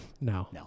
No